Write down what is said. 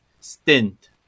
stint